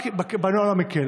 רק בנוהל המקל.